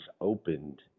opened